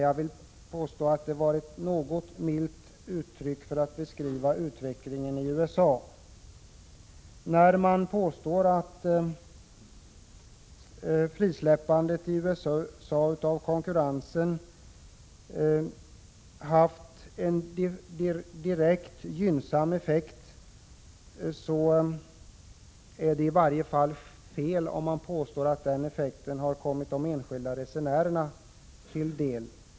Jag vill påstå att det var ett något milt uttryck för att beskriva utvecklingen i USA. När man påstår att frisläppandet av konkurrensen i USA haft en direkt gynnsam effekt är det i varje fall fel att säga att den effekten har kommit de enskilda resenärerna till del.